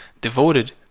devoted